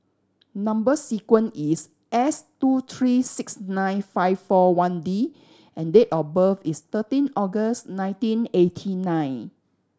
number sequence is S two three six nine five four one D and date of birth is thirteen August nineteen eighty nine